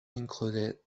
included